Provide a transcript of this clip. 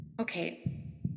Okay